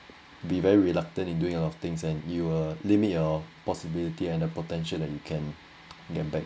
be very reluctant in doing a lot of things and you will limit your possibility and a potential that you can get back